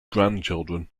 grandchildren